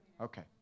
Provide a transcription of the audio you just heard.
Okay